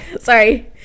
Sorry